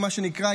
מה שנקרא,